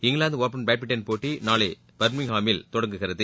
England open badminton போட்டி நாளை பர்மிங்காமில் தொடங்குகிறது